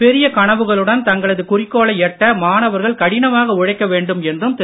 பெரிய கனவுகளுடன் தங்களது குறிக்கோளை எட்ட மாணவர்கள் கடினமாக உழைக்க வேண்டும் என்றும் திரு